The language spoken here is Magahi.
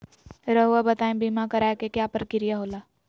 रहुआ बताइं बीमा कराए के क्या प्रक्रिया होला?